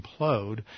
implode